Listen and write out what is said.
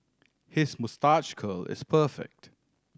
his moustache curl is perfect